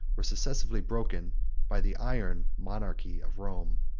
were successively broken by the iron monarchy of rome.